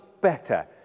better